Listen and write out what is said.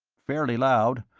fairly loud.